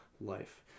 life